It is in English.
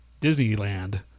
Disneyland